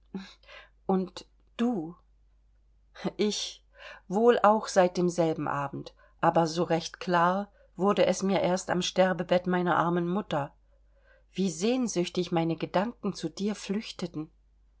und du ich wohl auch seit demselben abend aber so recht klar wurde es mir erst am sterbebett meiner armen mutter wie sehnsüchtig meine gedanken zu dir flüchteten